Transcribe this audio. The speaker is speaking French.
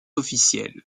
officiel